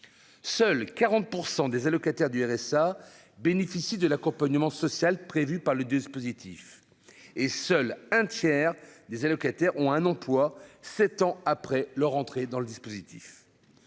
seuls 40 % des allocataires du RSA bénéficient de l'accompagnement social prévues par le dispositif, et seul un tiers des allocataires ont un emploi, 7 ans après leur entrée dans le dispositif,